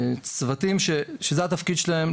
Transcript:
צוותים שזה התפקיד שלהם,